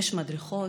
יש מדרכות,